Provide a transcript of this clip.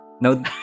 no